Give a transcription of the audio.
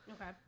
Okay